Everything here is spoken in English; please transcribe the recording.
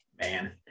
man